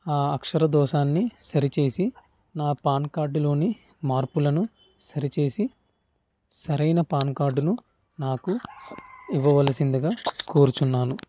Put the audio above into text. ఆ అక్షర దోషాన్ని సరిచేసి నా పాన్ కార్డులోని మార్పులను సరిచేసి సరైన పాన్కార్డును నాకు ఇవ్వవలసిందగా కోరుచున్నాను